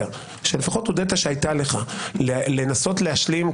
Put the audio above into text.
שלפחות הודית שהייתה לך לנסות להשלים,